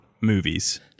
movies